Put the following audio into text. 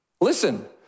listen